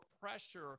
pressure